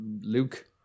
Luke